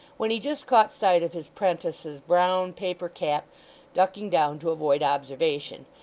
when he just caught sight of his prentice's brown paper cap ducking down to avoid observation,